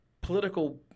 political